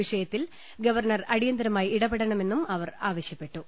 വിഷയത്തിൽ ഗവർണർ അടിയന്തിരമായി ഇടപെടണമെന്നും അവർ ആവശ്യപ്പെട്ടു